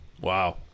Wow